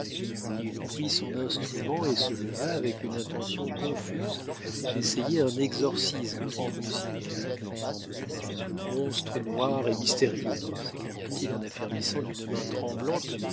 il prit son instrument et se leva avec une intention confuse d'essayer un exorcisme en musique monstre noir et mystérieux s'écria-t-il en affermissant d'une main tremblante